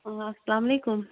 اَوا اسلامُ علیکُم